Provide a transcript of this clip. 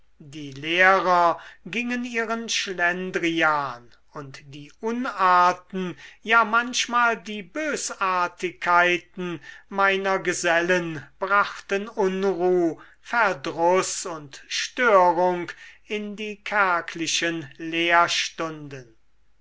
die lehrer gingen ihren schlendrian und die unarten ja manchmal die bösartigkeiten meiner gesellen brachten unruh verdruß und störung in die kärglichen lehrstunden